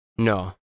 No